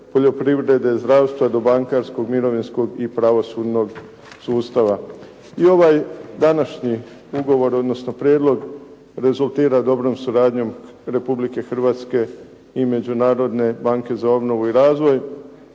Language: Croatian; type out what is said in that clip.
poljoprivrede, zdravstva, do bankarskog, mirovinskog i pravosudnog sustava. I ovaj današnji ugovor, odnosno prijedlog rezultira dobrom suradnjom Republike Hrvatske i Međunarodne banke za obnovu i razvoj,